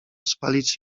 spalić